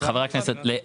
חברי הכנסת,